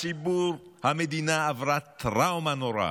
הציבור, המדינה עברה טראומה נוראה,